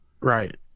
Right